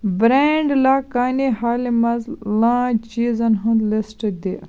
برٛینٛڈلا کانے حالہِ مَنٛز لانچ چیٖزن ہُنٛد لِسٹ دِ